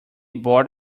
bought